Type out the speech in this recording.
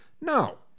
No